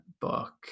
book